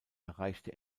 erreichte